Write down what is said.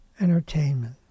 entertainment